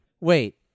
Wait